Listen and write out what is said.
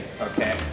okay